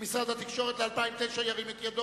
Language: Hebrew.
סעיף 39, משרד התקשורת, לשנת 2009, נתקבל.